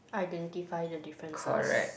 identify the differences